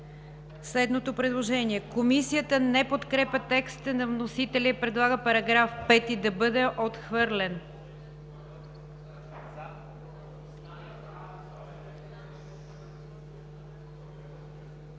следното предложение: Комисията не подкрепя текста на вносителя и предлага § 5 да бъде отхвърлен.